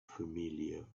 familiar